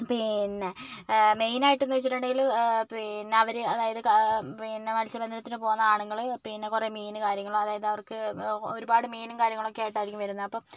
പിന്നെ മെയിൻ ആയിട്ട് എന്ന് വെച്ചിട്ടുണ്ടെങ്കില് പിന്നെ അവര് അതായത് പിന്നെ മത്സ്യ ബന്ധനത്തിന് പോകുന്ന ആണുങ്ങള് പിന്നെ കുറെ മീന് കാര്യങ്ങള് അതായത് അവർക്ക് ഒരുപാട് മീനും കാര്യങ്ങളുമൊക്കെ ആയിട്ടായിരിക്കും വരുന്നത് അപ്പം